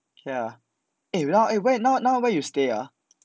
okay lah eh now where now now where you stay ah